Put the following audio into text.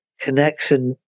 connection